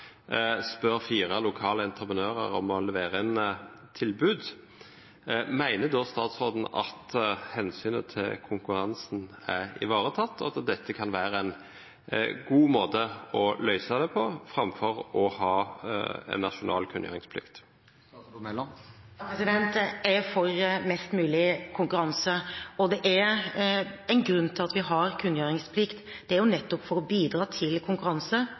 spør fire lokale entreprenører om å levere inn tilbud – mener da statsråden at hensynet til konkurransen er ivaretatt, og at dette kan være en god måte å løse det på, framfor å ha en nasjonal kunngjøringsplikt? Jeg er for mest mulig konkurranse, og det er en grunn til at vi har kunngjøringsplikt. Det er nettopp for å bidra til konkurranse